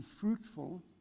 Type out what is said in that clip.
fruitful